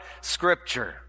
Scripture